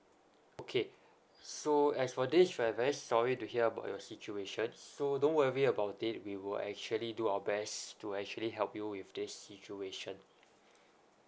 okay so as for this right very sorry to hear about your situation so don't worry about it we will actually do our best to actually help you with this situation